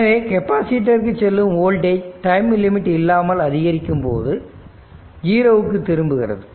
எனவே டெபாசிட்ருக்கு செல்லும் வோல்டேஜ் டைம் லிமிட் இல்லாமல் அதிகரிக்கும்போது 0 க்கு திரும்புகிறது